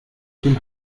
dem